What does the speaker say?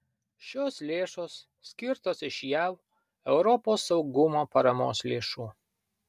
šios lėšos skirtos iš jav europos saugumo paramos lėšų